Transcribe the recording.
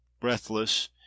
breathless